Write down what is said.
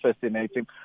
Fascinating